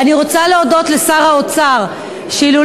תודה